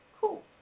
cool